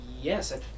Yes